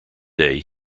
day